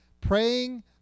Praying